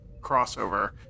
crossover